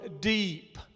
deep